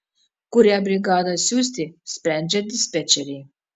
kurią brigadą siųsti sprendžia dispečeriai